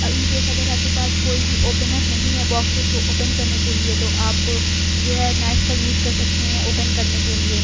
اِن case اگر آپ کے پاس کوئی بھی اوپنر نہیں ہے باکسیز کو اوپن کرنے کے لئے تو آپ جو ہے نائف کا یوز کر سکتے ہیں اوپن کرنے کے لئے